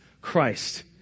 Christ